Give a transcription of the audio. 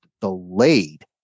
delayed